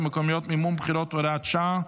(מימון בחירות) (הוראת שעה)